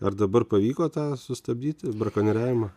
ar dabar pavyko tą sustabdyti brakonieriavimą